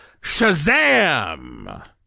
Shazam